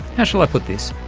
how shall i put this?